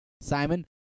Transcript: Simon